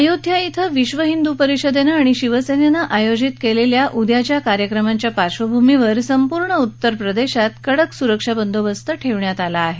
अयोध्या श्वे विश्व हिंदू परिषदेनं आणि शिवसेनेनं आयोजित केलेल्या आणि कार्यक्रमांच्या पार्श्वभूमीवर संपूर्ण उत्तर प्रदेशात कडक सुरक्षा बंदोबस्त करण्यात आला आहे